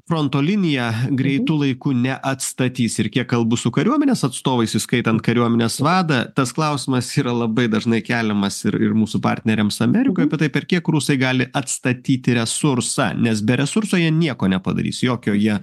fronto linija greitu laiku neatstatys ir kiek kalbu su kariuomenės atstovais įskaitant kariuomenės vadą tas klausimas yra labai dažnai keliamas ir ir mūsų partneriams amerikoj apie tai per kiek rusai gali atstatyti resursą nes be resursų jie nieko nepadarys jokio jie